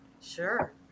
Sure